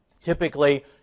Typically